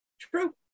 True